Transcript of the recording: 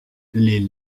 les